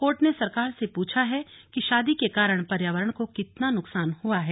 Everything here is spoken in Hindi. कोर्ट ने सरकार से पूछा है कि शादी के कारण पर्यावरण को कितना नुकसान हुआ है